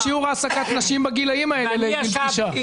שיעור העסקת נשים בגילים האלה לגיל פרישה.